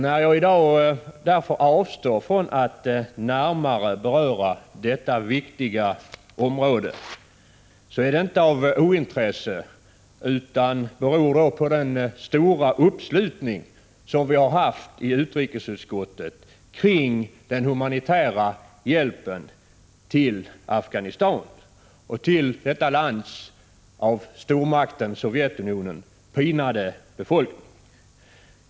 Att jag i dag därför avstår från att närmare beröra detta viktiga område beror inte på ointresse, utan på den stora uppslutningen i utrikesutskottet kring den humanitära hjälpen till Afghanistan och detta lands, av stormakten Sovjetunionen, pinade befolkning.